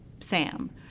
Sam